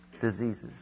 diseases